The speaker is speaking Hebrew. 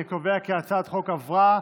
אני קובע כי הצעת החוק עברה,